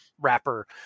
wrapper